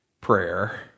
prayer